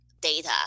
data